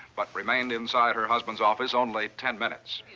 but remained inside her husband's office only ten minutes.